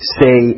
say